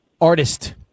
artist